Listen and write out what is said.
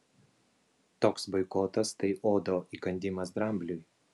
toks boikotas tai uodo įkandimas drambliui